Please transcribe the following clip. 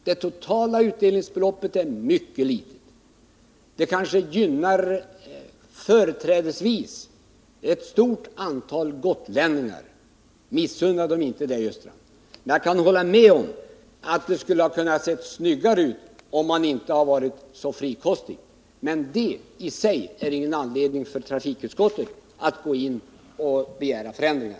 Det totala utdelningsbeloppet är mycket litet, vilket kanske företrädesvis gynnar ett stort antal gotlänningar. Missunna dem inte det, Olle Östrand! Jag kan hålla med om att det kunde ha sett snyggare ut om man inte hade varit så frikostig, men det är i sig ingen anledning för trafikutskottet att gå in och begära förändringar.